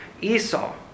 Esau